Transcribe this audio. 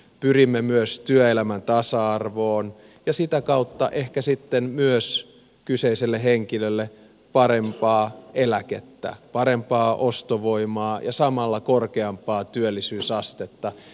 pyrimme myös työelämän tasa arvoon ja sitä kautta ehkä sitten myös kyseiselle henkilölle parempaa eläkettä parempaa ostovoimaa ja samalla korkeampaa työllisyysastetta